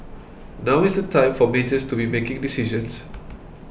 now is the time for majors to be making decisions